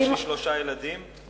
יש לי שלושה ילדים,